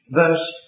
verse